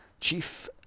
chief